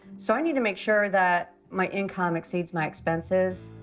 so i need to make sure that my income exceeds my expenses.